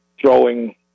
throwing